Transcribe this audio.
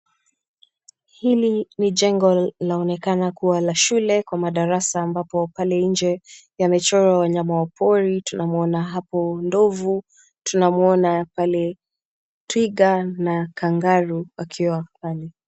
Hili ni jengo la onekana kuwa la shule kwenye madarasa ambapo pale nje yamechorwa wanyama pori tunamuona hapo ndovu, tunamuona pale twiga na kangaroo wakiwa pale.